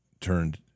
turned